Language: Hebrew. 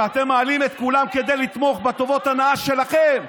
שאתם מעלים את כולם כדי לתמוך בטובות הנאה שלכם.